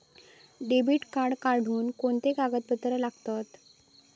Debit card काढुक कोणते कागदपत्र लागतत?